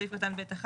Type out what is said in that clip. סעיף קטן ב(1).